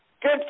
Good